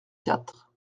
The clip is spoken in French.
quatre